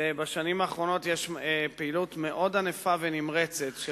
שבשנים האחרונות יש פעילות מאוד ענפה ונמרצת של